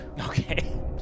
Okay